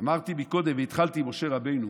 אמרתי קודם והתחלתי עם משה רבנו,